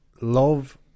love